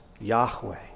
Yahweh